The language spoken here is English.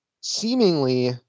seemingly